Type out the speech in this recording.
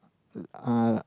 uh uh